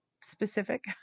specific